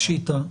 פשיטא.